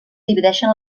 divideixen